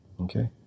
Okay